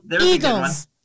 Eagles